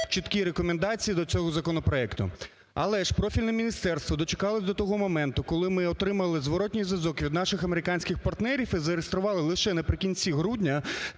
чіткі рекомендації до цього законопроекту. Але ж профільне міністерство дочекалося до того моменту, коли ми отримали зворотній зв'язок від наших американських партнерів і зареєстрували лише наприкінці грудня